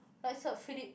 but is a Fili~